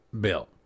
Bill